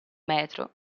metro